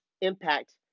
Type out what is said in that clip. impact